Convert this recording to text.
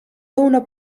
lõuna